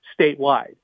statewide